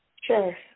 Sure